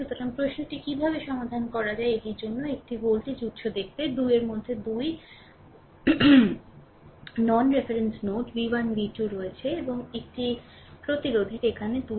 সুতরাং প্রশ্নটি কীভাবে সমাধান করা যায় এটির জন্য একটি ভোল্টেজ উত্স দেখতে 2 এর মধ্যে 2 non reference node v 1 v 2 রয়েছে এবং একটি প্রতিরোধের এখানে 2